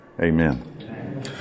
Amen